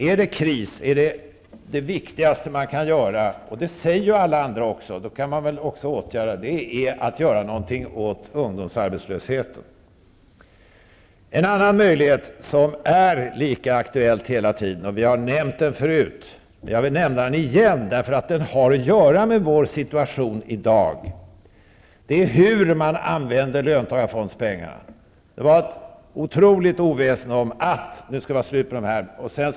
Är det kris, så är det viktigaste man kan göra -- det säger ju alla andra också -- att göra någonting åt ungdomsarbetslösheten. En annan möjlighet, som är lika aktuell hela tiden, har vi nämnt förut, och jag vill nämna den igen därför att den har att göra med vår situation i dag. Det gäller hur man använder löntagarfondspengarna. Det var ett otroligt oväsen om att det nu skulle vara slut på de här fonderna.